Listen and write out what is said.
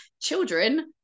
children